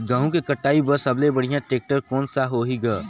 गहूं के कटाई पर सबले बढ़िया टेक्टर कोन सा होही ग?